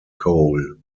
coal